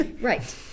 right